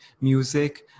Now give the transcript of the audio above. music